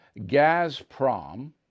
Gazprom